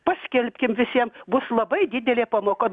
paskelbkim visiem bus labai didelė pamoka